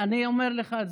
אני אומר לך,